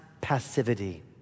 passivity